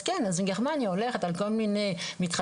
אז כן אז גרמניה הולכת על כל מיני מתחדשות